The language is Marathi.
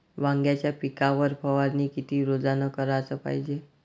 वांग्याच्या पिकावर फवारनी किती रोजानं कराच पायजे?